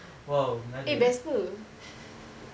!wow! mengada eh